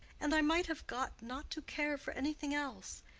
and i might have got not to care for anything else.